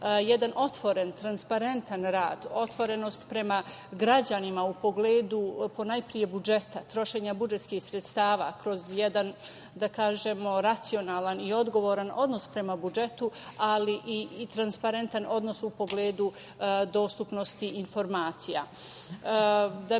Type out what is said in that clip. jedan otvoren, transparentan rad, otvorenost prema građanima u pogledu ponajpre budžeta, trošenja budžetskih sredstava kroz jedan, da kažemo, racionalan i odgovoran odnos prema budžetu, ali i transparentan odnos u pogledu dostupnosti informacija. Da